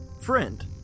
friend